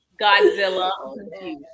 godzilla